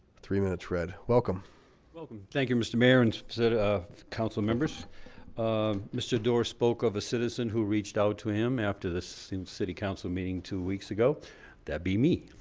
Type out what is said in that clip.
three minutes red welcome welcome thank you. mr. mayor and sort of councilmembers um mr. doar spoke of a citizen who reached out to him after the city city council meeting two weeks ago that be me